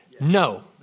No